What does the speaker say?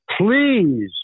please